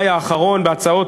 לחקיקה.